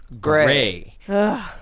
gray